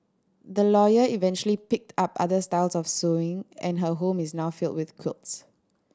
the lawyer eventually picked up other styles of sewing and her home is now filled with quilts